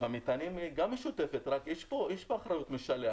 במטענים היא גם משותפת, רק יש פה אחריות משלח.